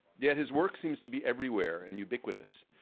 yet his work seems to be everywhere and ubiquitous.